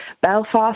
Belfast